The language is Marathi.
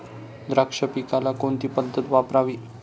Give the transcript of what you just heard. द्राक्ष पिकाला कोणती पद्धत वापरावी?